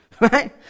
Right